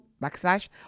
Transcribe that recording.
backslash